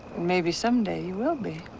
maybe someday you will be.